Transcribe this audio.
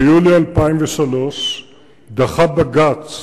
ביולי 2003 דחה בג"ץ